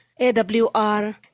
AWR